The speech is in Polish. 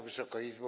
Wysoka Izbo!